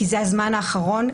כי זה הזמן האחרון,